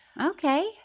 okay